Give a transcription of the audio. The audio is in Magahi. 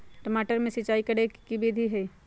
टमाटर में सिचाई करे के की विधि हई?